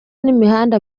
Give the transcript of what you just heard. n’imihanda